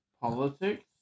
politics